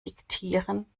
diktieren